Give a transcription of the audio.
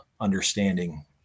understanding